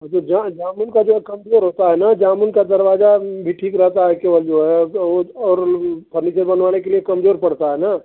हाँ जो जामुन का जो है कम्पेर होता है ना जामुन का दरवाज़ा भी ठीक रहता है केवल जो है और फर्नीचर बनवाने के लिए कमज़ोर पड़ता है ना